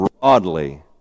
broadly